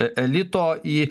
elito į